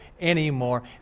anymore